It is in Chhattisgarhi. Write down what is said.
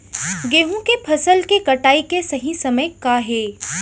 गेहूँ के फसल के कटाई के सही समय का हे?